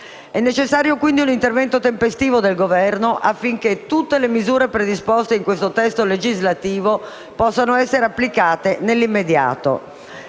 necessario un intervento tempestivo del Governo, affinché tutte le misure predisposte nel testo legislativo in esame possano essere applicate nell'immediato.